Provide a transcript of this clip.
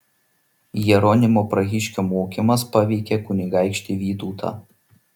jeronimo prahiškio mokymas paveikė kunigaikštį vytautą